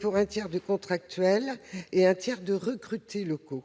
pour un tiers de contractuels et un tiers de recrutés locaux.